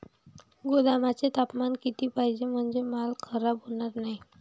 गोदामाचे तापमान किती पाहिजे? म्हणजे माल खराब होणार नाही?